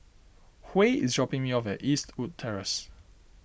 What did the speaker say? Huy is dropping me off at Eastwood Terrace